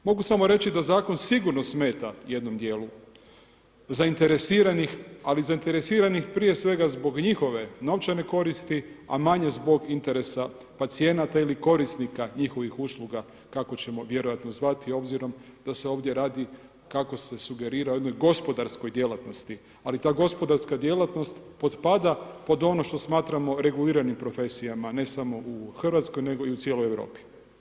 Mogu samo reći da zakon sigurno smeta jednom djelu zainteresiranih ali zainteresiranih prije svega zbog njihove novčane koristi manje zbog interesa pacijenata ili korisnika njihovih usluga kako ćemo vjerojatno zvati obzirom da se ovdje radi kako se sugerira jednoj gospodarskoj djelatnosti ali ta gospodarska djelatnost potpada pod ono što smatramo reguliranim profesijama, ne samo u Hrvatskoj nego i u cijeloj Europi.